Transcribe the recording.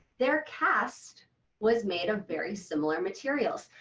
their cast was made of very similar materials.